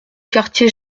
quartier